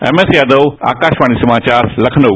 MS Yadav Akashvani समाचार लखनऊ